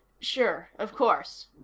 sure. of course.